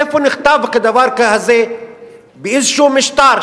איפה נכתב כדבר הזה באיזשהו משטר,